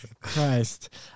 Christ